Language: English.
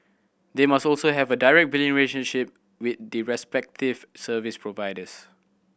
they must also have a direct billing relationship with the respective service providers